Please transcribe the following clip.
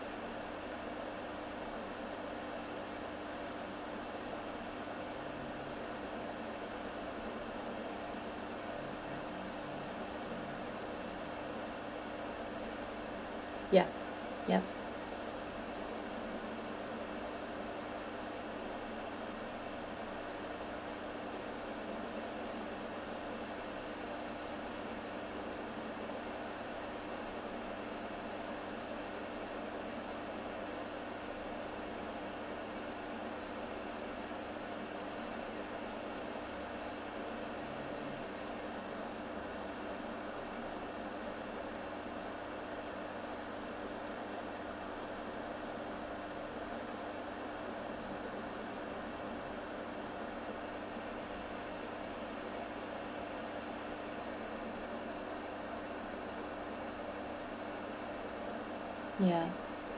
ya yup ya